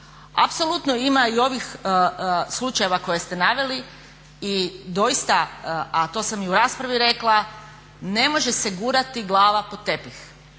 Apsolutno ima i ovih slučajeva koje ste naveli i doista a to sam i u raspravi rekla ne može se gurati glava pod tepih.